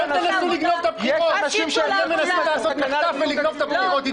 יש אנשים שרוצים לעשות מחטף ולגנוב את הבחירות.